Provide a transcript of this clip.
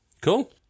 Cool